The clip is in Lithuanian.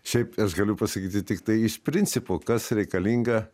šiaip aš galiu pasakyti tik tai iš principo kas reikalinga